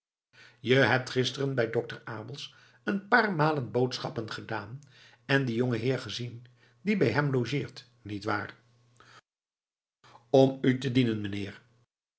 je hebt gisteren bij dokter abels een paar malen boodschappen gedaan en dien jongenheer gezien die bij hem logeert niet waar om u te dienen meneer